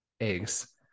Eggs